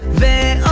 the